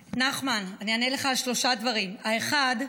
נחמן, אני אענה לך על שלושה דברים: האחד,